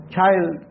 child